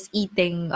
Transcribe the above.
eating